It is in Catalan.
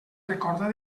recorda